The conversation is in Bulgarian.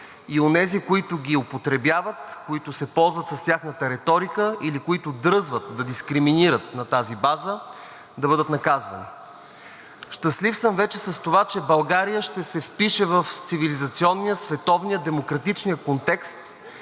и онези, които ги употребяват, които се ползват с тяхната риторика или които дръзват да дискриминират на тази база, да бъдат наказвани. Щастлив съм вече с това, че България ще се впише в цивилизационния, световния, демократичния контекст